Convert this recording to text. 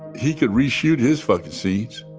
he could reshoot his fucking scenes.